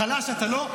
חלש אתה לא.